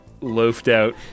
loafed-out